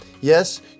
Yes